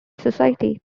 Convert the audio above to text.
society